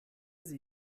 sie